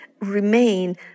remain